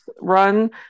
run